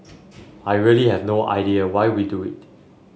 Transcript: I really have no idea why we do it